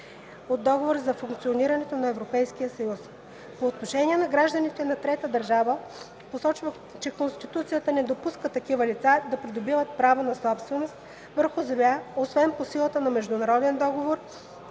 от Договора за функционирането на Европейския съюз. По отношение на гражданите на трета държава посочва, че Конституцията не допуска такива лица да придобиват право на собственост върху земя, освен по силата на международен договор,